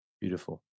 Beautiful